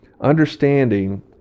understanding